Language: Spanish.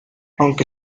aunque